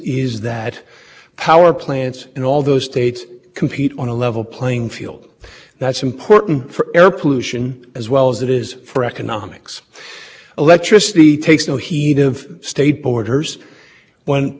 and state b have different allowance prices because e p a used a different cost to determine the budget they have different allowance prices is five hundred b is one hundred the power plants and b are going to be able to run more